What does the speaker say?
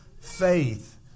Faith